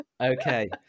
Okay